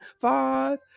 five